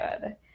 good